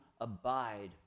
abide